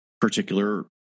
particular